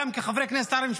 גם כחברי כנסת ערבים,